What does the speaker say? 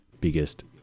biggest